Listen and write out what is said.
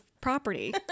property